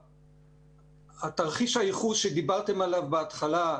תרחיש הייחוס שדיברתם עליו בהתחלה,